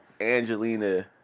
Angelina